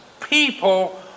people